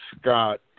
Scott